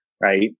right